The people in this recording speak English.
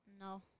no